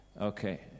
Okay